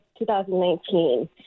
2019